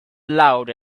loud